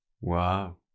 Wow